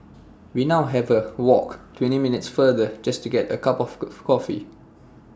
we now have A walk twenty minutes further just to get A cup of coffee